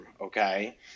okay